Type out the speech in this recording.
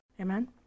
Amen